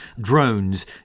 drones